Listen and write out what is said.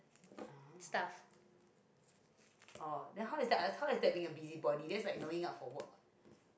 stuff